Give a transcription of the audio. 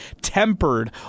tempered